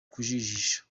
kujijisha